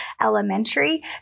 elementary